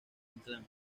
inclán